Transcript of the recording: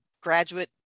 graduate